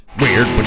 weird